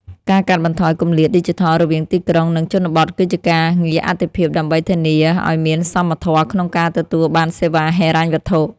ការកាត់បន្ថយគម្លាតឌីជីថលរវាងទីក្រុង និងជនបទគឺជាការងារអាទិភាពដើម្បីធានាឱ្យមានសមធម៌ក្នុងការទទួលបានសេវាហិរញ្ញវត្ថុ។